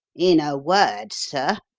in a word, sir,